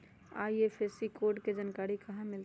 IFSC code के जानकारी कहा मिलतई